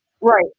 Right